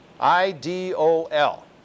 I-D-O-L